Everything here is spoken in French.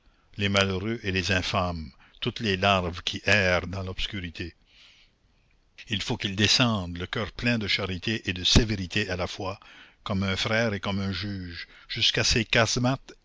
les malheureux et les infâmes toutes les larves qui errent dans l'obscurité il faut qu'il descende le coeur plein de charité et de sévérité à la fois comme un frère et comme un juge jusqu'à ces casemates